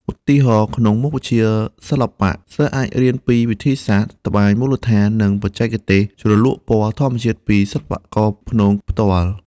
ឧទាហរណ៍ ក្នុងមុខវិជ្ជាសិល្បៈ សិស្សអាចរៀនពីវិធីសាស្ត្រត្បាញមូលដ្ឋាន និងបច្ចេកទេសជ្រលក់ពណ៌ធម្មជាតិពីសិល្បករព្នងផ្ទាល់។